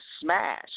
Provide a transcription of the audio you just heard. smash